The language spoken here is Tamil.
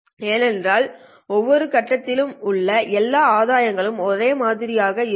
ஏனென்றால் ஒவ்வொரு கட்டத்தில் உள்ள எல்லா ஆதாயங்கள் ஒரே மாதிரி ஆக இருக்கும்